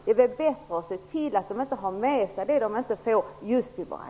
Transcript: Det är väl bättre att vid våra gränser se till att folk inte tar med sig det de inte får ha.